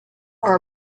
are